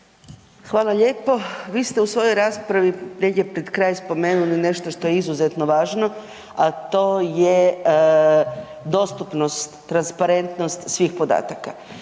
Hvala lijepo. Vi ste u svojoj raspravi negdje pred kraj spomenuli nešto što je izuzetno važno, a to je dostupnost, transparentnost svih podataka.